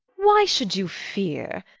why should you fear?